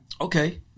Okay